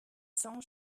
cents